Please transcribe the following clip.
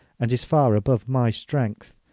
and is far above my strength.